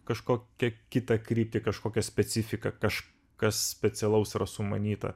kažkokią kitą kryptį kažkokią specifiką kažkas specialaus sumanyta